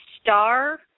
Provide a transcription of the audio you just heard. star